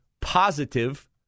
positive